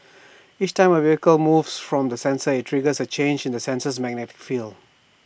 each time A vehicle moves from the sensor IT triggers A change in the sensor's magnetic field